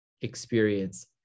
experience